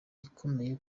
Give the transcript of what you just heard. ikomeye